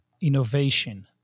innovation